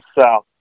South